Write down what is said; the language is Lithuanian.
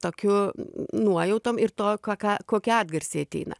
tokiu nuojautom ir to ko ką kokie atgarsiai ateina